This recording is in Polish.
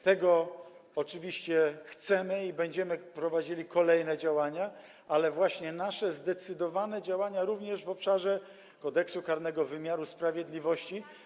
Tego oczywiście chcemy i będziemy prowadzili kolejne działania, a właśnie nasze zdecydowane działania również w obszarze Kodeksu karnego, wymiaru sprawiedliwości.